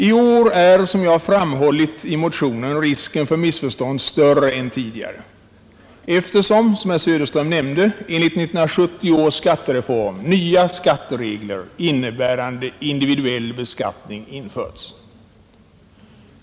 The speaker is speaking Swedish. I år är, som jag framhållit i motionen, risken för missförstånd större än tidigare eftersom, som herr Söderström nämnde, enligt 1970 års skattereform nya regler innebärande individuell beskattning införts.